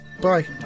bye